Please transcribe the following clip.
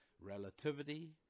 Relativity